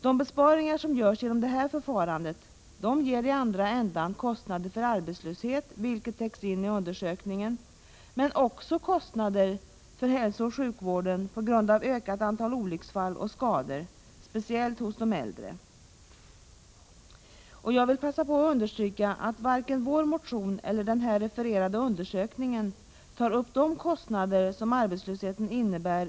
De besparingar som görs genom detta förfarande ger i andra änden kostnader för arbetslöshet, vilka täcks in i undersökningen, men också kostnader för hälsooch sjukvård på grund av ökat antal olycksfall och skador, speciellt bland de äldre. Jag vill passa på att understryka att varken vår motion eller den här refererade undersökningen tar upp de kostnader som arbetslösheten innebär Prot.